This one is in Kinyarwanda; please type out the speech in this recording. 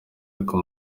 ariko